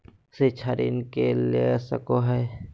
शिक्षा ऋण के ले सको है?